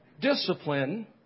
discipline